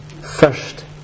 first